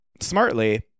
smartly